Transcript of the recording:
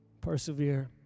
Persevere